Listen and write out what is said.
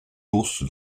ours